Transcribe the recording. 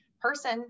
person